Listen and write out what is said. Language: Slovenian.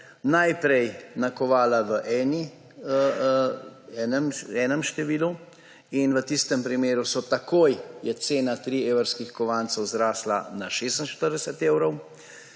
najprej nakovala v enem številu in v tistem primeru je cena 3 evrskih kovancev zrastla na 46 evrov.